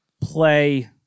play